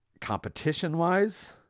competition-wise